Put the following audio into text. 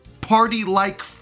party-like